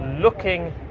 looking